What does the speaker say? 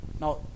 Now